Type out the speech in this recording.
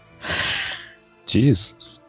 Jeez